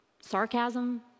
sarcasm